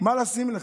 מה לשים לך,